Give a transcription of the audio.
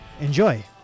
enjoy